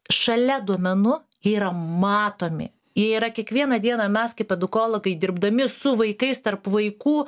šalia duomenų jie yra matomi jie yra kiekvieną dieną mes kaip edukologai dirbdami su vaikais tarp vaikų